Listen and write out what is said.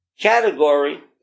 category